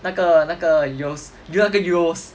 那个那个 Yeo's you know 那个 Yeo's